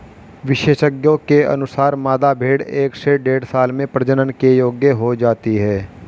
विशेषज्ञों के अनुसार, मादा भेंड़ एक से डेढ़ साल में प्रजनन के योग्य हो जाती है